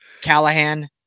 Callahan